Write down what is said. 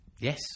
yes